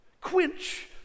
quench